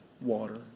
water